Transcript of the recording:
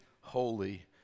holy